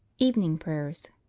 evening prayers